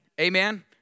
Amen